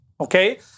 Okay